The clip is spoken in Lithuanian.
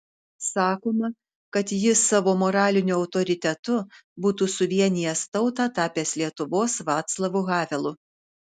sakoma kad jis savo moraliniu autoritetu būtų suvienijęs tautą tapęs lietuvos vaclavu havelu